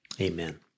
Amen